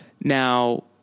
Now